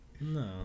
No